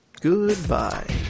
Goodbye